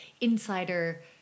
insider